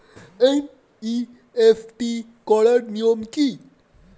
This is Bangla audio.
এন.ই.এফ.টি করার নিয়ম কী?